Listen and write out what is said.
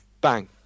bang